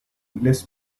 less